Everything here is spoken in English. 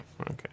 Okay